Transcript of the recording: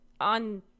On